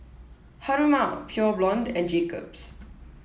Haruma Pure Blonde and Jacob's